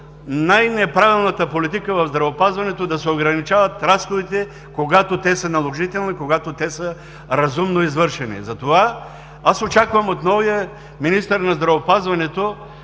Най-неправилната политика в здравеопазването е да се увеличават разходите, когато те са наложителни, когато те са разумно извършени. Затова аз очаквам от новия министър на здравеопазването